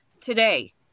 today